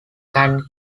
can